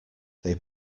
they